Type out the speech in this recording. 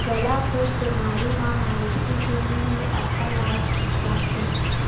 गलाघोंट बेमारी म मवेशी के मूह ले अब्बड़ लार चुचवाथे